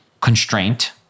constraint